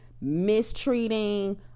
mistreating